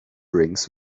rings